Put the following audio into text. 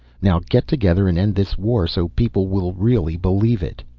now get together and end this war so people will really believe it.